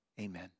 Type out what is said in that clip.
Amen